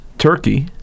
Turkey